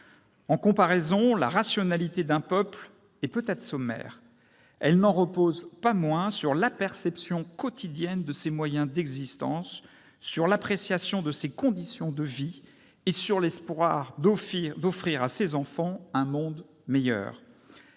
En comparaison, la rationalité d'un peuple est peut-être sommaire. Elle n'en repose pas moins sur la perception quotidienne de ses moyens d'existence, sur l'appréciation de ses conditions de vie et sur l'espoir d'offrir à ses enfants un monde meilleur.